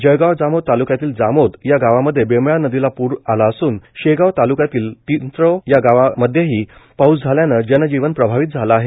जळगाव जामोद ताल्क्यातील जामोद या गावांमध्ये बेंबळा नदीला पूर आला असून शेगाव तालुक्यातील तिंत्रव या गावांमध्येही त्या प्रमाणात पाऊस झाल्याने जनजिवन प्रभावित झाले आहे